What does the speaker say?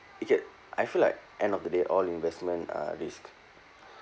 okay I feel like end of the day all investment are risk